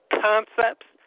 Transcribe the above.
concepts